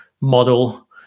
model